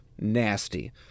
Nasty